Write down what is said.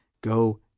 go